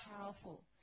powerful